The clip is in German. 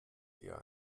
eher